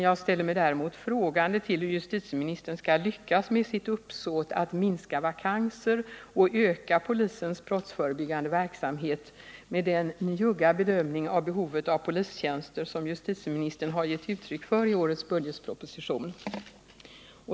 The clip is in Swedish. Jag ställer mig däremot frågande till hur justitieministern skall lyckas med sitt uppsåt att minska vakanser och öka polisens brottsförebyggande verksamhet, med tanke på den njugga bedömning av behovet av polismanstjänster som justitieministern har gett uttryck för i årets budgetproposition.